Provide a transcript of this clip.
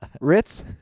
Ritz